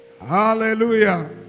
Hallelujah